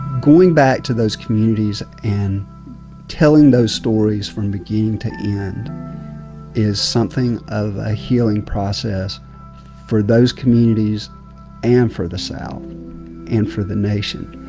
going back to those communities and telling those stories from beginning to end is something of a healing process for those communities and for the south and for the nation.